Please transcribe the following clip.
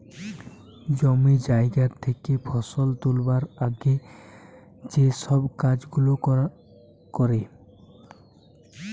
জমি জায়গা থেকে ফসল তুলবার আগে যেই সব কাজ গুলা করে